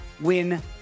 win